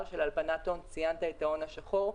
של הלבנת הון ציינת את ההון השחור.